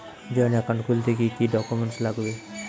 Joint account খুলতে কি কি ডকুমেন্টস লাগবে?